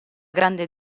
grande